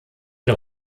der